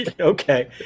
okay